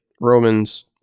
Romans